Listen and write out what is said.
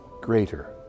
greater